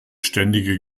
ständige